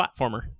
platformer